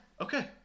Okay